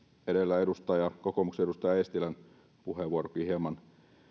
edellä kokoomuksen edustaja eestilän puheenvuorokin ehkä hieman